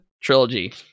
trilogy